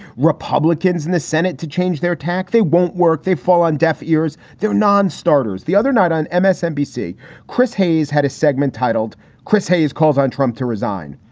republicans in the senate to change their tack. they won't work. they fall on deaf ears. they're nonstarters. the other night on msnbc, chris hayes had a segment titled chris hayes calls on trump to resign.